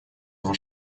того